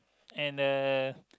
and uh